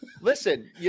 Listen